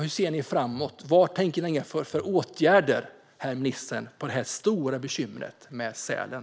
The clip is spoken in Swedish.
Hur ser ni framåt, och vad tänker ni er för åtgärder, herr minister, för att komma till rätta med det stora bekymret med sälen?